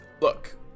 look